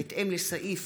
בהתאם לסעיף